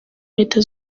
leta